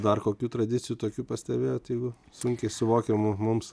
dar kokių tradicijų tokių pastebėjot jeigu sunkiai suvokiamų mums